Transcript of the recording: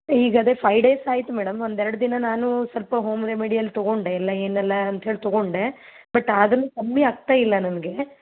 ಈಗ ಅದೇ five days ಆಯಿತು ಮೇಡಮ್ ಒಂದೆರಡು ದಿನ ನಾನು ಸ್ವಲ್ಪ ಹೋಮ್ ರೆಮಿಡಿಯಲ್ ತಗೊಂಡೆ ಎಲ್ಲ ಏನೆಲ್ಲ ಅಂತೇಳಿ ತಗೊಂಡೆ ಬಟ್ ಆದರು ಕಮ್ಮಿ ಆಗ್ತಾ ಇಲ್ಲ ನನಗೆ